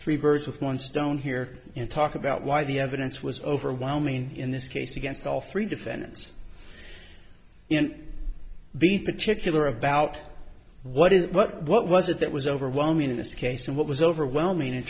three birds with one stone here and talk about why the evidence was overwhelming in this case against all three defendants and be particular about what is what what was it that was overwhelming in this case and what was overwhelming in